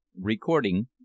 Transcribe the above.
Recording